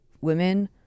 women